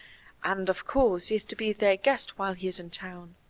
and, of course, he is to be their guest while he is in town.